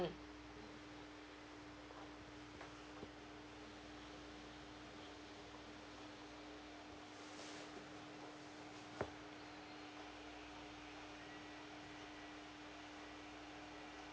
mm